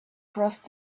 crossed